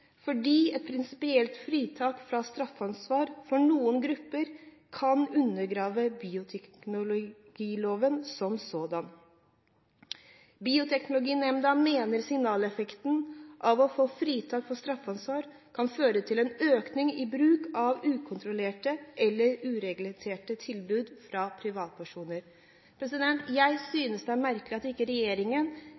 fordi et prinsipielt fritak fra straffansvar for noen grupper kan undergrave bioteknologiloven som sådan. Bioteknologinemda mener signaleffekten av å få fritak for straffansvar kan føre til en økning i bruk av ukontrollerte eller uregulerte tilbud fra privatpersoner. Jeg